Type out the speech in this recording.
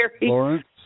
Lawrence